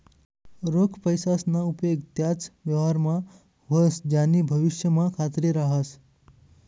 रोख पैसासना उपेग त्याच व्यवहारमा व्हस ज्यानी भविष्यमा खात्री रहास